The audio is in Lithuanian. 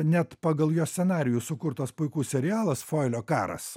net pagal jo scenarijų sukurtas puikus serialas fuelio karas